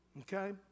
Okay